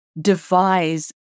devise